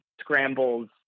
scrambles